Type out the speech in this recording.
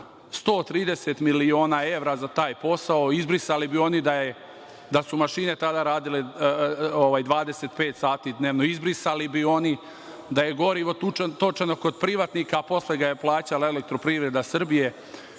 130 miliona evra za taj posao. Izbrisali bi oni da su mašine tada radile 25 sati dnevno. Izbrisali bi oni da je gorivo točeno kod privatnika, a posle ga ja plaćala EPS.Izbrisali bi